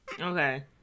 Okay